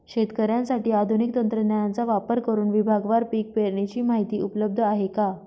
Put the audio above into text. शेतकऱ्यांसाठी आधुनिक तंत्रज्ञानाचा वापर करुन विभागवार पीक पेरणीची माहिती उपलब्ध आहे का?